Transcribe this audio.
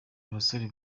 abasore